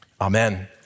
amen